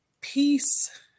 Peace